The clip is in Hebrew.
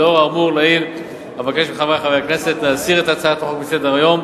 לאור האמור לעיל אבקש מחברי חברי הכנסת להסיר את הצעת החוק מסדר-היום,